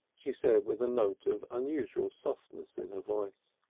she said with a note of unusual softness in her voice.